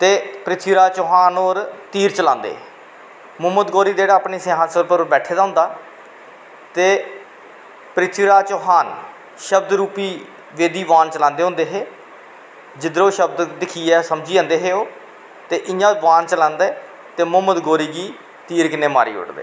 ते पृथ्वीराज चौहान होर तीर चलांदे मोहम्मद गौरी अपने सिंघासन पर बैठे दा होंदा ते पृथ्वीराज चौहान शब्द रूपी वेदा वान चलांदे होंदे हे जिध्दरों शब्द दिक्खियै समझी जंदे हे ओह् ते इयां वान चलांदे ते मोहम्मद गौरी गी तीर कन्नै मारी ओड़दे